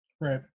Right